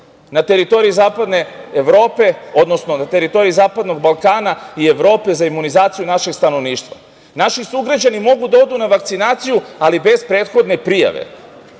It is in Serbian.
na teritoriji zapadne Evrope, odnosno na teritoriji Zapadnog Balkana i Evrope za imunizaciju našeg stanovništva. Naši sugrađani mogu da odu na vakcinaciju, ali bez prethodne prijave